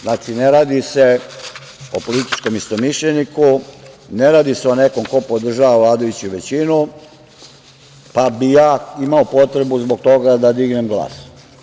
Znači, ne radi se o političkom istomišljeniku, ne radi se o nekome ko podržava vladajuću većinu, pa bih ja imao potrebu zbog toga da dignem glas.